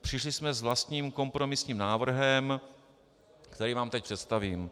Přišli jsme s vlastním kompromisním návrhem, který vám teď představím.